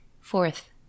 Fourth